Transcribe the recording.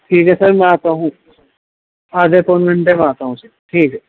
ٹھیک ہے سر میں آتا ہوں آدھے پون گھنٹے میں آتا ہوں سر ٹھیک ہے